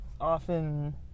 often